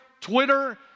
Twitter